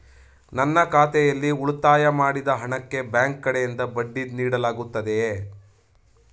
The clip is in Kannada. ನನ್ನ ಖಾತೆಯಲ್ಲಿ ಉಳಿತಾಯ ಮಾಡಿದ ಹಣಕ್ಕೆ ಬ್ಯಾಂಕ್ ಕಡೆಯಿಂದ ಬಡ್ಡಿ ನೀಡಲಾಗುತ್ತದೆಯೇ?